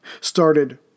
started